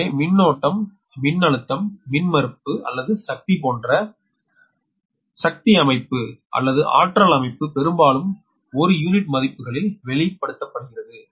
எனவே மின்னோட்டம் மின்னழுத்தம் மின்மறுப்பு அல்லது சக்தி போன்ற சக்தி அமைப்பு பெரும்பாலும் ஒரு யூனிட் மதிப்புகளில் வெளிப்படுத்தப்படுகிறது